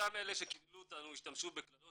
אותם אלה שקיללו אותנו השתמשו בכללות